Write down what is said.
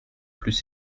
plus